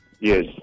Yes